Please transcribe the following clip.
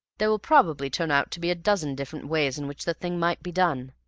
there will probably turn out to be a dozen different ways in which the thing might be done,